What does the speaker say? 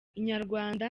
inyarwanda